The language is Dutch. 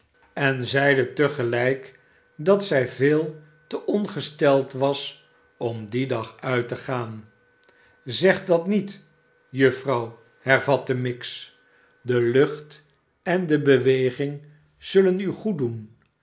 en zeide te gelijk dat zij veel te ongesteld was om dien dag uit te gaan zeg dat niet juffrouw hervatte miggs de lucht en de beweging zullen u goeddoen